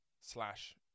slash